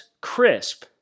crisp